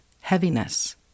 heaviness